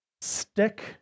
stick